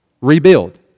Rebuild